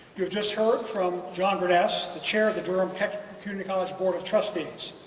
you've just heard from john burness the chair of the durham community college board of trustees.